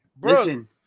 Listen